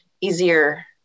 easier